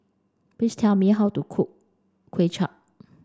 please tell me how to cook Kway Chap